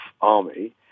Army